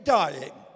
dying